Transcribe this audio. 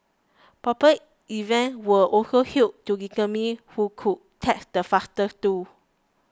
proper events were also held to determine who could text the fastest too